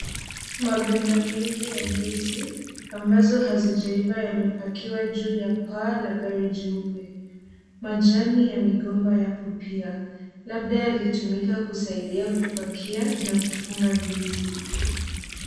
Maganda mengi ya ndizi ambazo hazijaiva yamepakiwa juu ya paa la gari jeupe. Majani ya migomba yapo pia, labda yalitumika kusaidia kupakia na kufunga ndizi.